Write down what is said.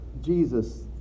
Jesus